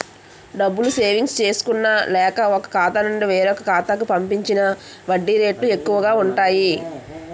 డబ్బులు సేవింగ్స్ చేసుకున్న లేక, ఒక ఖాతా నుండి వేరొక ఖాతా కి పంపించిన వడ్డీ రేట్లు ఎక్కువు గా ఉంటాయి